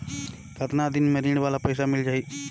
कतना दिन मे ऋण वाला पइसा मिल जाहि?